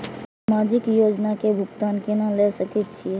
समाजिक योजना के भुगतान केना ल सके छिऐ?